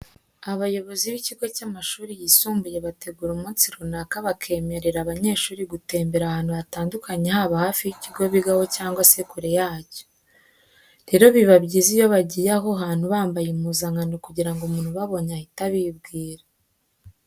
Abayobozi b'ikigo cy'amashuri yisumbuye bategura umunsi runaka bakemerera abanyeshuri gutembera ahantu hatandukanye haba hafi y'ikigo bigaho cyangwa se kure yacyo. Rero biba byiza iyo bagiye aho hantu bambaye impuzankano kugira ngo umuntu ubabonye ahite abibwira.